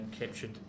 captured